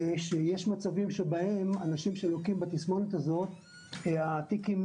שיש מצבים שבהם אנשים שלוקים בתסמונת הזאת התיקים